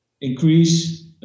increase